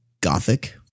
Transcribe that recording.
gothic